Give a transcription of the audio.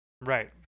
Right